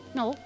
no